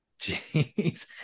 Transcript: Jeez